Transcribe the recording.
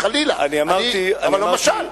חלילה, אבל למשל.